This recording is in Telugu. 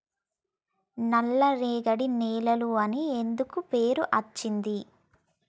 నల్లరేగడి నేలలు అని ఎందుకు పేరు అచ్చింది?